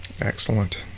excellent